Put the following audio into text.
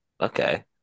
okay